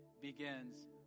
begins